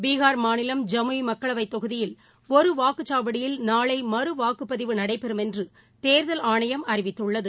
பீகார் மாநிலம் ஜமுயி மக்களவைத்தொகுதியில் ஒரு வாக்குச்சாவடியில் நாளை மறுவாக்குப்பதிவு நடைபெறும் என்று தேர்தல் ஆணையம் அறிவித்துள்ளது